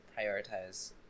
prioritize